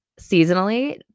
seasonally